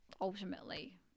ultimately